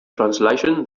translation